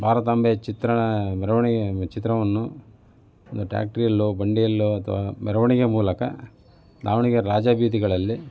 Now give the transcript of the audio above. ಭಾರತಾಂಬೆ ಚಿತ್ರಣ ಮೆರವಣಿಗೆ ಚಿತ್ರವನ್ನು ಟ್ರ್ಯಾಕ್ಟ್ರಿಯಲ್ಲೋ ಬಂಡಿಯಲ್ಲೋ ಅಥವಾ ಮೆರವಣಿಗೆ ಮೂಲಕ ದಾವಣಗೆರೆ ರಾಜಬೀದಿಗಳಲ್ಲಿ